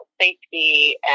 safety